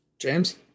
James